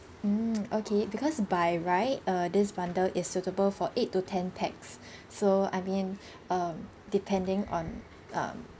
mm okay because by right uh this bundle is suitable for eight to ten pax so I mean um depending on um